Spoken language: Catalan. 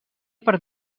per